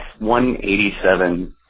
187